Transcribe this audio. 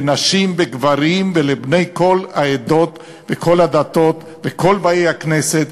לנשים וגברים ולבני כל העדות וכל הדתות וכל באי הכנסת.